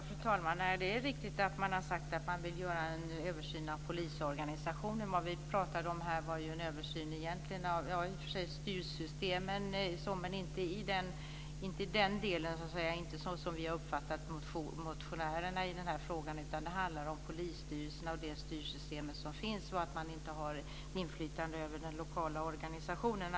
Fru talman! Det är riktigt att man har sagt att man vill göra en översyn av polisorganisationen. Men här pratade vi om en översyn av styrsystemen och inte så som vi har uppfattat att motionärerna vill göra i den här frågan. Det handlar om polisstyrelserna och det styrsystem som finns och att man inte har ett inflytande över den lokala organisationen.